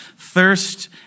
Thirst